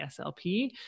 SLP